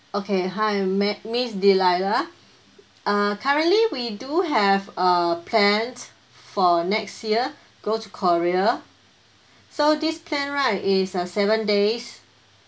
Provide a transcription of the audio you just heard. okay hi ma~ miss delilah uh currently we do have a plan for next year go to korea so this plan right is uh seven days